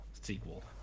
sequel